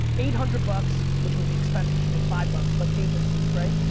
eight hundred bucks which would be expensive. you should pay five bucks, but agencies, right?